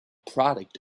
product